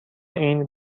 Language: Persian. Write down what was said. این